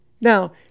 Now